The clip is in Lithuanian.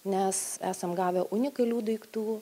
nes esam gavę unikalių daiktų